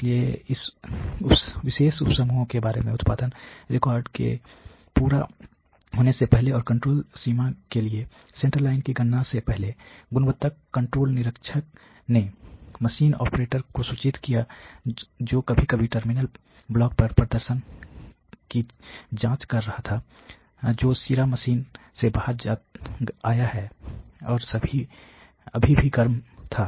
इसलिए इस विशेष उप समूह के बारे में उत्पादन आर्डर के पूरा होने से पहले और कंट्रोल सीमा के लिए सेंट्रल लाइन की गणना से पहले गुणवत्ता कंट्रोल निरीक्षक ने मशीन ऑपरेटर को सूचित किया जो कभी कभी टर्मिनल ब्लॉक पर प्रदर्शन की जांच कर रहा था जो सिरा मशीन से बाहर आया और अभी भी गर्म था